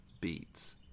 beats